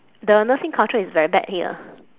the nursing culture is very bad here